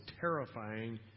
terrifying